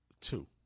Two